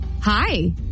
Hi